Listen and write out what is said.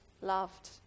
loved